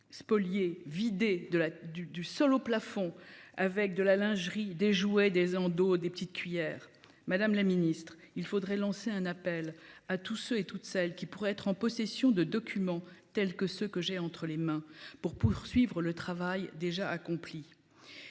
de la, du, du sol au plafond avec de la lingerie, des jouets, des des petites cuillères, madame la Ministre, il faudrait lancer un appel à tous ceux et toutes celles qui pourraient être en possession de documents tels que ceux que j'ai entre les mains pour poursuivre le travail déjà accompli.